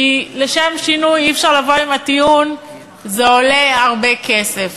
כי לשם שינוי אי-אפשר לבוא עם הטיעון "זה עולה הרבה כסף",